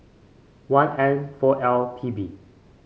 one N four L P B